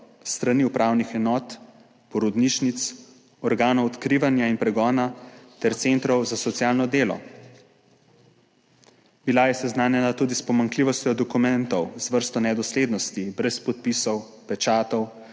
strani upravnih enot, porodnišnic, organov odkrivanja in pregona ter centrov za socialno delo. Bila je seznanjena tudi s pomanjkljivostjo dokumentov, z vrsto nedoslednosti, brez podpisov, pečatov,